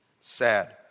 sad